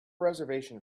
reservation